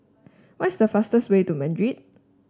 what is the fastest way to Madrid